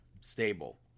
stable